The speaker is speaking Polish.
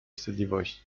wstydliwości